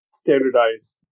standardized